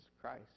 Christ